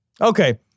Okay